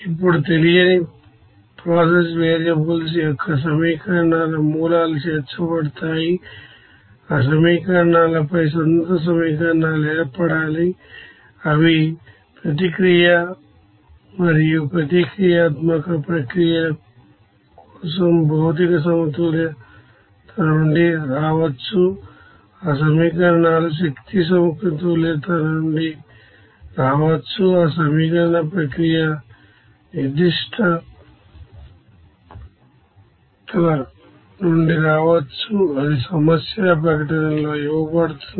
ఇప్పుడు తెలియని process variables యొక్క సోర్సెస్ అఫ్ ఈక్వేషన్స్ చేర్చబడతాయి ఈ సమీకరణాలు ఏ స్వతంత్ర సమీకరణాలు ఏర్పడాలి అవి రెయాక్టీవ్ మరియు నాన్ రెయాక్టీవ్ ప్రాసెసస్ కోసం మెటీరియల్ బాలన్స్ నుండి రావచ్చు ఆ ఈక్వేషన్స్ ఎనర్జీ బాలన్స్ ఈక్వేషన్ ల నుండి రావచ్చు ఆ ఈక్వేషన్ ప్రాసెసస్ స్పెసిఫికేషన్స్ నుండి రావచ్చు అది ప్రాబ్లెమ్ స్టేటుమెంట్లో ఇవ్వబడుతుంది